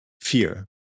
fear